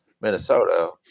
Minnesota